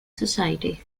society